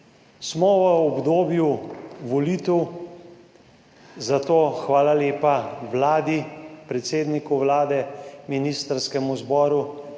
Smo v obdobju volitev, zato hvala lepa Vladi, predsedniku vlade, ministrskemu zboru,